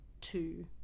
two